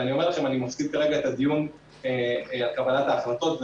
ואני אומר לכם: אני מפסיד כרגע את הדיון על קבלת ההחלטות.